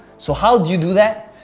so how do you do that?